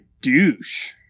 douche